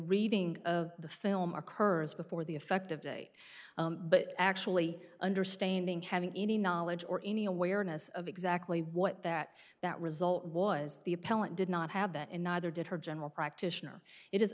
reading of the film occurs before the effective date but actually understanding having any knowledge or any awareness of exactly what that that result was the appellant did not have that and neither did her general practitioner it is